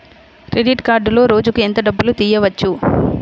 Credit కార్డులో రోజుకు ఎంత డబ్బులు తీయవచ్చు?